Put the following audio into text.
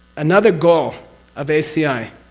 another goal of aci,